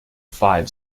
five